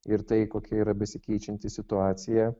ir tai kokia yra besikeičianti situacija